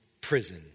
prison